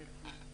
איך?